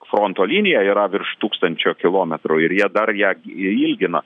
fronto linija yra virš tūkstančio kilometrų ir jie dar ją jie ilgina